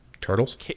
Turtles